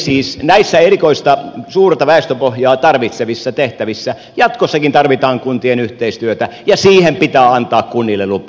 siis näissä erikoisissa suurta väestöpohjaa tarvitsevissa tehtävissä jatkossakin tarvitaan kuntien yhteistyötä ja siihen pitää antaa kunnille lupa